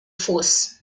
force